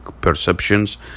perceptions